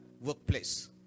workplace